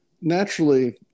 naturally